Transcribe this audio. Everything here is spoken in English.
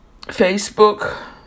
Facebook